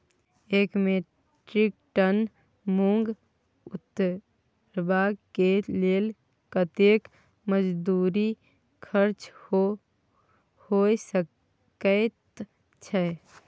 एक metric ton मूंग उतरबा के लेल कतेक मजदूरी खर्च होय सकेत छै?